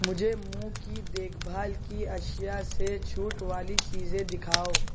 مجھے منہ کی دیکھ بھال کی اشیا سے چھوٹ والی چیزیں دکھاؤ